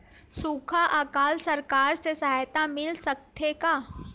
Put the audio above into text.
सुखा अकाल सरकार से सहायता मिल सकथे का?